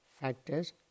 factors